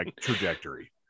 trajectory